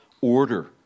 order